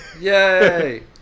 Yay